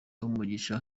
umugisha